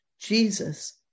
Jesus